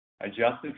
adjusted